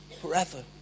forever